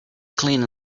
clean